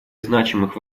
значимых